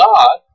God